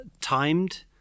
timed